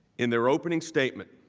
in their opening statement,